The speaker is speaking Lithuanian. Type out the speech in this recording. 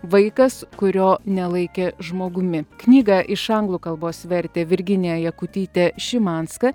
vaikas kurio nelaikė žmogumi knygą iš anglų kalbos vertė virginija jakutytė šimanska